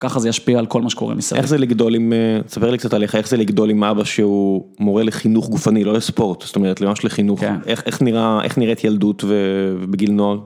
ככה זה ישפיע על כל מה שקורה מסביב. איך זה לגדול עם, תספר לי קצת עליך, איך זה לגדול עם אבא שהוא מורה לחינוך גופני, לא לספורט, זאת אומרת ממש לחינוך, איך נראית ילדות בגיל נועל?